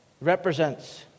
represents